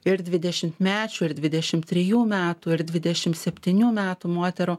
ir dvidešimtmečių ir dvidešim trijų metų ir dvidešim septynių metų moterų